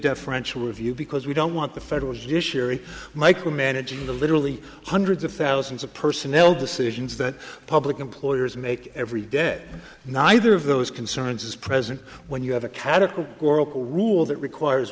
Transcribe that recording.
deferential review because we don't want the federal judiciary micromanaging the literally hundreds of thousands of personnel decisions that public employers make every day and neither of those concerns is present when you have a catacomb oracle rule that requires